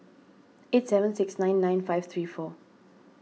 eight seven six nine nine five three four